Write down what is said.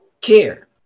care